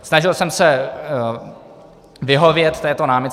Snažil jsem se vyhovět této námitce.